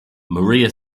maria